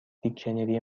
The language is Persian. دیکشنری